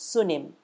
Sunim